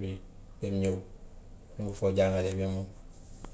bii ba mu ñëw mu bugg koo jàngalee ba mu.